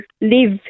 live